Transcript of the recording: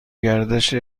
گردش